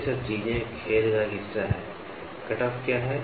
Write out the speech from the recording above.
ये सब चीजें खेल का हिस्सा हैं कटऑफ क्या है